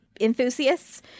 enthusiasts